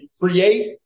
create